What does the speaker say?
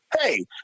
Hey